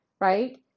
right